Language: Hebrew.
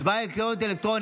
הצבעה אלקטרונית,